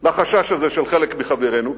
לחשש הזה של חלק מחברינו.